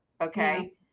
okay